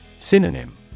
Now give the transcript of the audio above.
Synonym